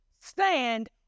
Stand